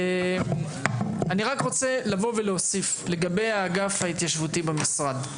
אני רק רוצה לבוא ולהוסיף לגבי האגף ההתיישבותי במשרד.